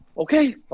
Okay